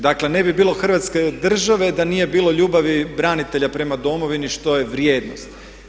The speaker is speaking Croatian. Dakle ne bi bilo hrvatske države da nije bilo ljubavi branitelja prema domovini što je vrijednost.